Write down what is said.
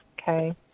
Okay